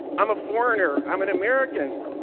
i'm a foreigner. i'm an american.